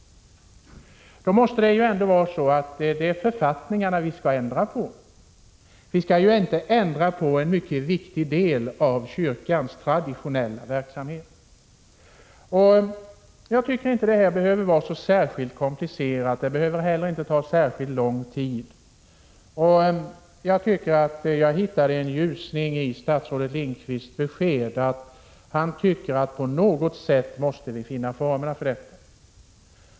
I så fall måste vi ändra på författningarna. Vi kan ju inte ändra på en mycket viktig del av kyrkans traditionella verksamhet. Jag tycker inte att detta behöver vara särskilt komplicerat, och det behöver inte heller ta särskilt lång tid. Jag tycker att jag hittar en ljusning i statsrådet Lindqvists besked att han tycker att vi på något sätt måste finna former för detta.